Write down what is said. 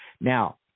Now